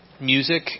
music